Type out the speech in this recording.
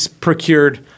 procured